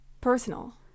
personal